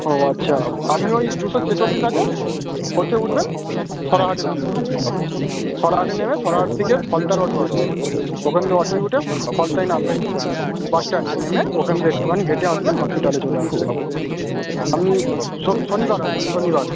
ও আচ্ছা আপনি ওই দুশো ছেচল্লিশ আছে ওতে উঠবেন সরাহাটে নামবেন সরাহাটে নেমে সরাহাট থেকে ফলতার অটো আছে ওখান দিয়ে অটোয় উঠে ফলতায় নামবেন বাস স্ট্যান্ডে নেমে ওখান থেকে একটুখানি হেঁটে আসবেন হসপিটালে চলে আসবেন আপনি শনিবার আসবেন শনিবার